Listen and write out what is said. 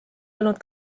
olnud